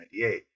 1998